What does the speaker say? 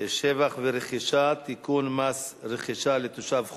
(שבח ורכישה) (תיקון, מס רכישה לתושב חוץ),